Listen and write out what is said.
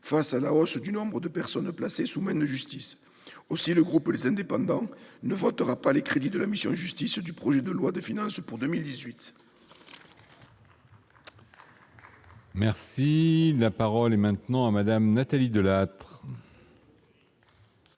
face à la hausse du nombre de personnes placées sous main de justice. Le groupe Les Indépendants ne votera donc pas les crédits de la mission « Justice » du projet de loi de finances pour 2018. Bravo ! La parole est à Mme Nathalie Delattre.